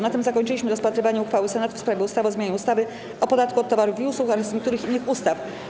Na tym zakończyliśmy rozpatrywanie uchwały Senatu w sprawie ustawy o zmianie ustawy o podatku od towarów i usług oraz niektórych innych ustaw.